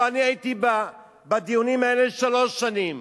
הלוא אני הייתי בדיונים האלה שלוש שנים,